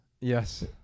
Yes